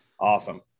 Awesome